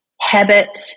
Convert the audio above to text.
habit